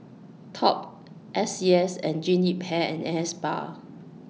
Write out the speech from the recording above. Top S C S and Jean Yip Hair and Hair Spa